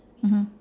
mmhmm